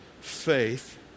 faith